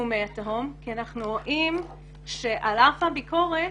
שיקום מי התהום כי אנחנו רואים שעל אף הביקורת,